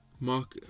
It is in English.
Mark